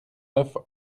neuf